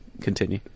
continue